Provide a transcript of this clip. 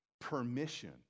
permission